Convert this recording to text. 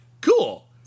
cool